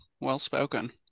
Well-spoken